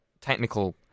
technical